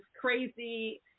crazy